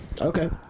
Okay